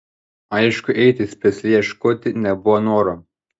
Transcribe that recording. aišku eiti specialiai ieškoti nebuvo noro